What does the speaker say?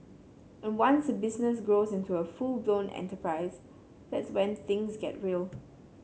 and once a business grows into a full blown enterprise that's when things get real